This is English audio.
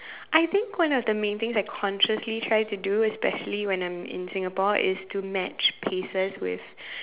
I think one of the main things I consciously try to do especially when I'm in Singapore is to match paces with